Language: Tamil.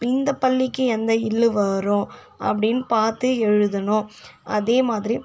இந்த பல்லிக்கு எந்த ல் வரும் அப்படினு பார்த்து எழுதணும் அதே மாதிரி